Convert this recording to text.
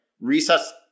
recess